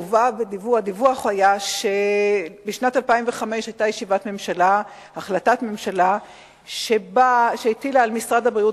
הדיווח היה שבשנת 2005 היתה החלטת ממשלה שהטילה על משרד הבריאות